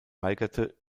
weigerte